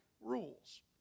rules